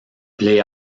play